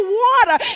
water